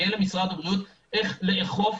יהיה למשרד הבריאות איך לאכוף